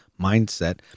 mindset